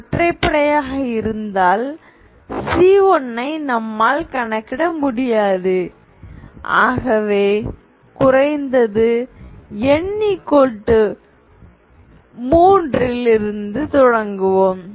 Cn ஒற்றைப்படை யாக இருந்தால் C1 ஐ நம்மால் கணக்கிட முடியாது ஆகவே குறைந்தது n3 இல் இருந்து தொடங்குவோம்